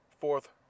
fourth